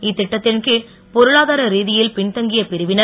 இத்திட்டத்தின் கீழ் பொருளாதார ரீதியில் பின்தங்கிய பிரிவினர்